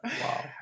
Wow